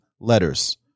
letters